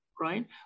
right